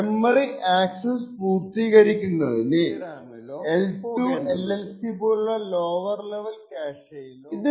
memory access പൂർത്തീകരിക്കുന്നതിന് L2 LLC പോലുള്ള lower level ക്യാഷെയിലോ DRAM ലോ പോകേണ്ടതുണ്ട്